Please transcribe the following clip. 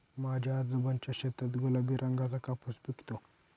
माझ्या आजोबांच्या शेतात गुलाबी रंगाचा कापूस पिकतो